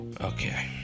Okay